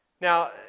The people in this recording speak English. Now